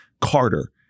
Carter